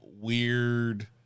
weird